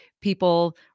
people